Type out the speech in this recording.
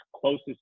closest